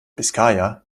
biskaya